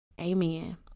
amen